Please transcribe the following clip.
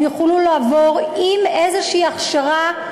הם יוכלו לעבור עם איזושהי הכשרה,